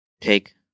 take